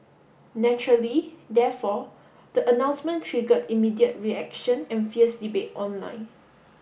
naturally therefore the announcement triggered immediate reaction and fierce debate online